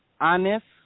honest